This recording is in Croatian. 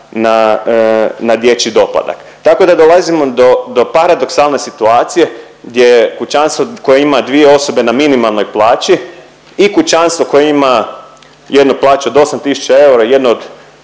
na dječji doplatak. Tako da dolazimo do paradoksalne situacije gdje kućanstvo koje ima dvije osobe na minimalnoj plaći i kućanstvo koje ima jednu plaću od 8 tisuća eura i jednu od